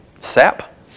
Sap